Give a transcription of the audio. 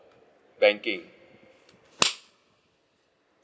banking